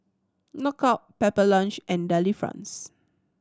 Knockout Pepper Lunch and Delifrance